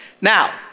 Now